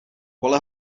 pole